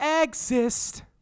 exist